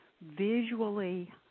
visually